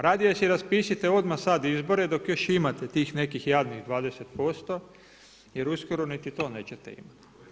Radije si raspišite odmah sada izbore, dok još imate tih nekih jadnih 20%, jer uskoro niti to nećete imati.